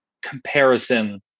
comparison